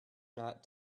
not